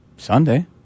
Sunday